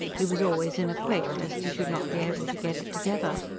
he was always in a quake lest he should not be able to get it together.